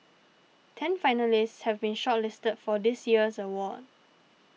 ten finalists have been shortlisted for this year's award